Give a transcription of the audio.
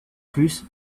plus